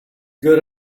good